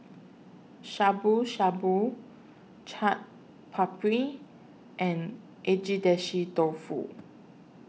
Shabu Shabu Chaat Papri and Agedashi Dofu